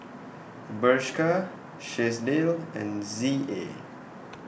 Bershka Chesdale and Z A